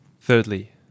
Thirdly